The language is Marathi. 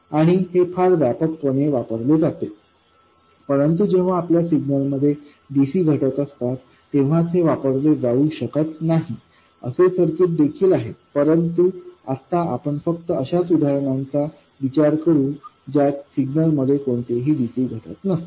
आणि हे फार व्यापकपणे वापरले जाते परंतु जेव्हा आपल्या सिग्नलमध्ये dc घटक असतात तेव्हाच हे वापरले जाऊ शकत नाही असे सर्किट्स देखील आहेत परंतु आत्ता आपण फक्त अशाच उदाहरणांचा विचार करू ज्यात सिग्नलमध्ये कोणतेही dc घटक नसतात